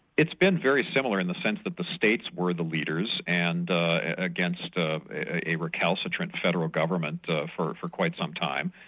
it's been very similar, in the sense that the states were the leaders and against ah a recalcitrant federal government for for quite some time,